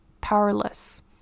powerless